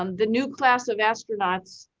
um the new class of astronauts,